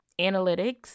analytics